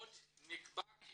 עוד נקבע כי